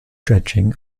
dredging